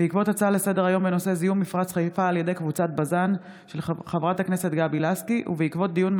הצעת חוק הפיקוח על מעונות יום לפעוטות (תיקון,